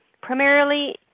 primarily